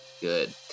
good